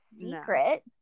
secret